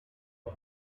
buy